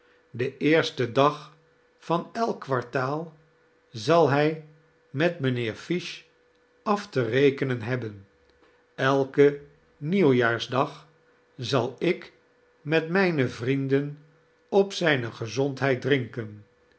den eersten dag van elk kwartaal zal hij met mrjnheer fish af te rekenen hebben elken nieuwjaarsdag zal ik met mijne vrienden op zijne gezondheid drinken